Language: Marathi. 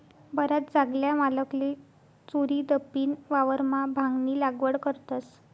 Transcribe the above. बराच जागल्या मालकले चोरीदपीन वावरमा भांगनी लागवड करतस